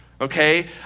okay